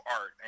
art